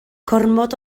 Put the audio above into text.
gormod